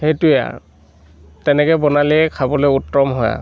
সেইটোৱেই আৰু তেনেকৈ বনালেই খাবলৈ উত্তম হয় আৰু